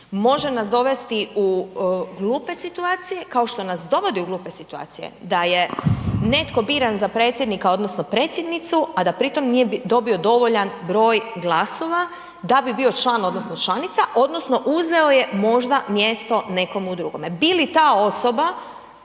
može nas dovesti u glupe situacije kao što nas dovodi u glupe situacije da je netko biran za predsjednika odnosno predsjednicu, a da pri tom nije dobio dovoljan broj glasova da bi bio član odnosno članica odnosno uzeo je možda mjesto nekomu drugome. Bi li ta osoba